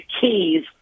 keys